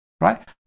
Right